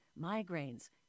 migraines